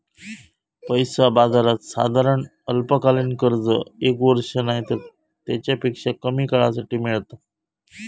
पैसा बाजारात साधारण अल्पकालीन कर्ज एक वर्ष नायतर तेच्यापेक्षा कमी काळासाठी मेळता